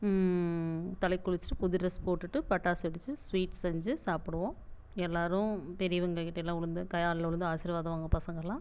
தலைக்கு குளிச்சிவிட்டு புது ட்ரெஸ் போட்டுகிட்டு பட்டாசு வெடிச்சு ஸ்வீட் செஞ்சு சாப்பிடுவோம் எல்லாரும் பெரியவங்கக்கிட்டை எல்லாம் விழுந்து காலைல விழுந்து ஆசீர்வாதம் வாங்குவாங்க பசங்க எல்லாம்